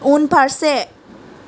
उनफारसे